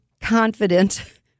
confident